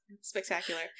Spectacular